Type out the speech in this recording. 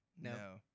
No